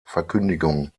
verkündigung